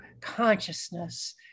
consciousness